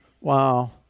wow